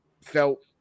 felt